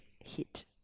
hit